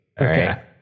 Okay